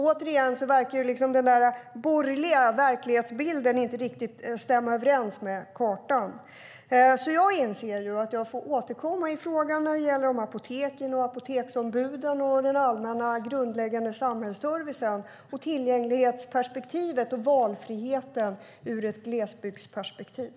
Åter verkar den borgerliga verklighetsbilden inte stämma överens med kartan. Jag inser att jag får återkomma i frågan om apoteken, apoteksombuden, den allmänna grundläggande samhällsservicen, tillgängligheten och valfriheten ur ett glesbygdsperspektiv.